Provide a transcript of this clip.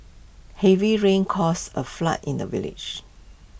heavy rains caused A flood in the village